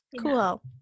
cool